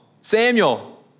Samuel